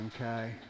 Okay